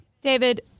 David